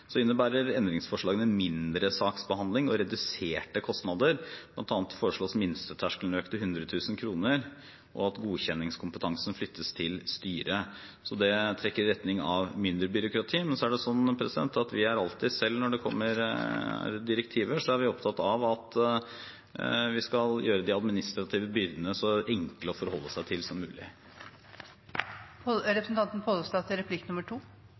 innebærer endringsforslagene mindre saksbehandling og reduserte kostnader. Blant annet foreslås minsteterskelen økt til 100 000 kr og at godkjenningskompetansen flyttes til styret. Det trekker i retning av mindre byråkrati. Men når det kommer direktiver, er vi alltid opptatt av at vi skal gjøre de administrative byrdene så enkle å forholde seg til som mulig. Eg takkar for svaret. Når det gjeld påstanden om at forslaga vil føra til